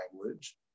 language